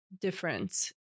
difference